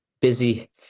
busy